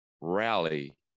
rally